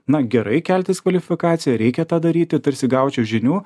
na gerai keltis kvalifikaciją reikia tą daryti tarsi gaučiau žinių